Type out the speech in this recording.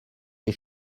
les